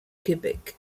québec